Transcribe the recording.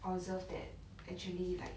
observe that actually like